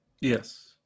Yes